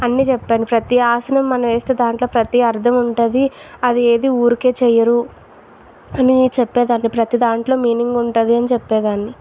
అన్ని చెప్పాను ప్రతి ఆసనం మనం వేస్తే దాంట్లో ప్రతి అర్థం ఉంటుంది అది ఏది ఊరికే చెయ్యరు అని చెప్పేదాన్ని ప్రతీ దాంట్లో మీనింగ్ ఉంటుంది అని చెప్పేదాన్ని